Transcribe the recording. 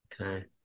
okay